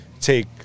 take